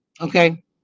okay